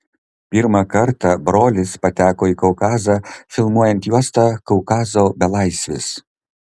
pirmą kartą brolis pateko į kaukazą filmuojant juostą kaukazo belaisvis